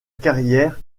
carrière